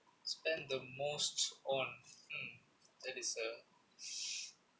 spend the most on hmm that is a